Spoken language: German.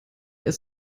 ist